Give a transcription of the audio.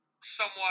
somewhat